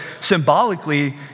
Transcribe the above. symbolically